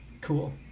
cool